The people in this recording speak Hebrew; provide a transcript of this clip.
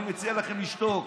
אני מציע לכם לשתוק,